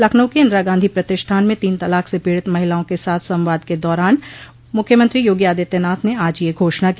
लखनऊ के इंदिरा गांधी प्रतिष्ठान में तीन तलाक से पीड़ित महिलाओं के साथ संवाद के दौरान मुख्यमंत्री योगी आदित्यनाथ ने आज यह घोषणा की